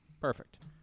Perfect